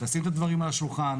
לשים את הדברים על השולחן,